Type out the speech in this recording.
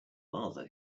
martha